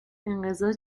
انقضا